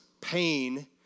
pain